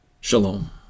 Shalom